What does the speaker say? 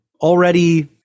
already –